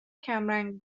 کمرنگ